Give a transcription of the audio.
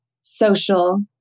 social